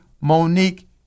Monique